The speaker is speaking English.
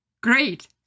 Great